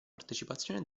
partecipazione